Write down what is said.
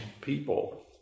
people